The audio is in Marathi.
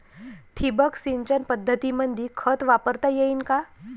ठिबक सिंचन पद्धतीमंदी खत वापरता येईन का?